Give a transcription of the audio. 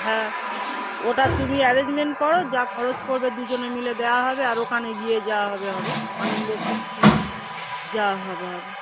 হ্যাঁ ওটা তুমি অ্যারেঞ্জমেন্ট করো যা খরচ পড়বে দুজনে মিলে দেওয়া হবে আর ওখানে গিয়ে যা হবে হবে আনন্দ ফুর্তি যা হবে হবে